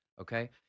Okay